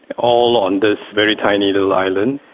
all on this very tiny little island.